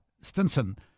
Stinson